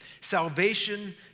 salvation